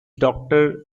doctor